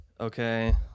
Okay